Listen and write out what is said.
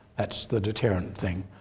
that's the deterrent thing.